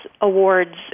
awards